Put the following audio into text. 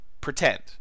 pretend